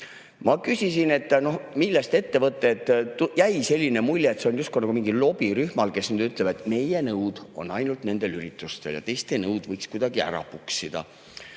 Ma küsisin, millest ettevõtted ... Jäi selline mulje, et see on justkui nagu mingi lobirühm, kes nüüd ütleb, et meie nõud on ainult nendel üritustel ja teiste nõud võiks kuidagi ära puksida.